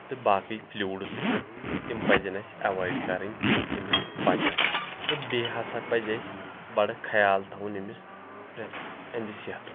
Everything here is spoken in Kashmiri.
تہٕ باقٕے فلوٗڈس چھِ تِم پزن اسہِ اؠوایڈ کرٕنۍ أمِس بچس تہٕ بیٚیہِ ہسا پزِ اسہِ بڑٕ خیال تھوُن أمِس پرٛؠتھ أہنٛدِ صحتُک